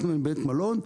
עם בית מלון,